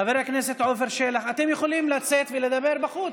חבר הכנסת עפר שלח, אתם יכולים לצאת ולדבר בחוץ.